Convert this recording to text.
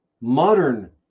modern